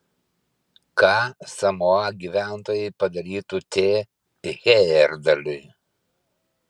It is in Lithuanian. ką samoa gyventojai padarytų t hejerdalui